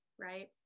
right